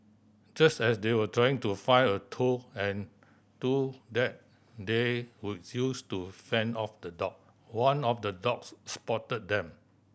just as they were trying to find a tool and two that they could use to fend off the dog one of the dogs spotted them